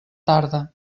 tarda